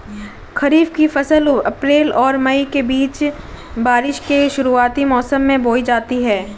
खरीफ़ की फ़सल अप्रैल और मई के बीच, बारिश के शुरुआती मौसम में बोई जाती हैं